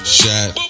shot